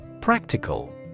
Practical